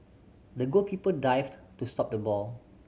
the goalkeeper dived to stop the ball